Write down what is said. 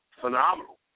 Phenomenal